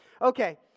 Okay